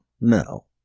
no